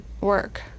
work